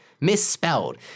misspelled